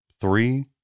three